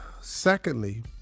Secondly